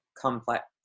complex